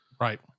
Right